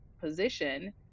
position